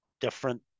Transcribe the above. different